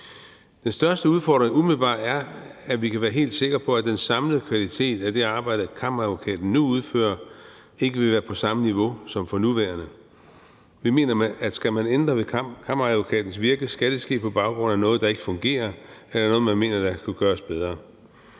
Den største udfordring er umiddelbart, at vi kan være helt sikre på, at den samlede kvalitet af det arbejde, Kammeradvokaten udfører, ikke vil være på samme niveau som for nuværende. Vi mener, at skal man ændre ved Kammeradvokatens virke, skal det ske på baggrund af noget, der ikke fungerer, eller noget, man mener kunne gøres bedre.